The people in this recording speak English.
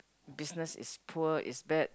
business is poor is bad